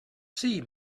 see